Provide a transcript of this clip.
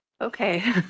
Okay